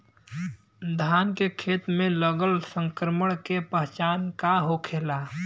धान के खेत मे लगल संक्रमण के पहचान का होखेला?